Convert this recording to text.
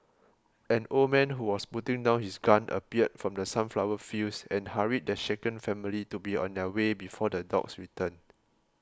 an old man who was putting down his gun appeared from the sunflower fields and hurried the shaken family to be on their way before the dogs return